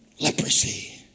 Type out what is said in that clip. leprosy